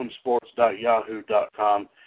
sports.yahoo.com